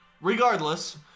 regardless